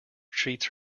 treats